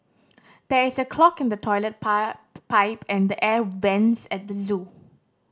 there is a clog in the toilet pie pipe and the air vents at the zoo